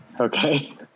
Okay